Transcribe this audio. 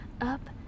Up